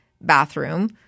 bathroom –